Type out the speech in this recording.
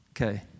Okay